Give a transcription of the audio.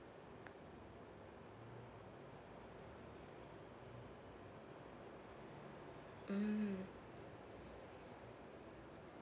mm